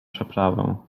przeprawę